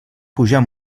pujar